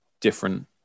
different